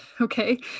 okay